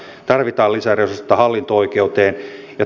tarvitaan lisäresursseja hallinto oikeuteen